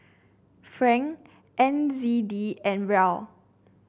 franc N Z D and Riel